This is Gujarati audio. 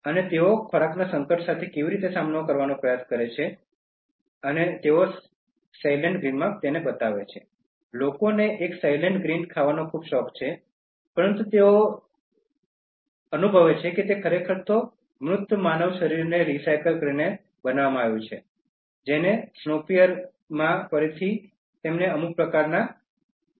અને તેઓ ખોરાકના સંકટ સાથે કેવી રીતે સામનો કરવાનો પ્રયાસ કરે છે અને તેઓ સોઇલેન્ટ ગ્રીનમાં બતાવે છે લોકોને એક સોયલન્ટ ગ્રીન ખાવાનો ખૂબ શોખ છે પરંતુ તેઓ અનુભવે છે કે તે ખરેખર મૃત માનવ શરીરને રિસાયકલ કરીને બનાવવામાં આવ્યું છે